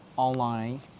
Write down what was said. online